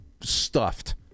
stuffed